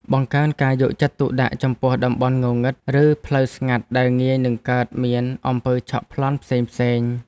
បង្កើនការយកចិត្តទុកដាក់ចំពោះតំបន់ងងឹត ឬផ្លូវស្ងាត់ដែលងាយនឹងកើតមានអំពើឆក់ប្លន់ផ្សេងៗ។